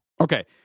Okay